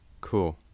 cool